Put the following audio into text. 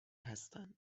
هستند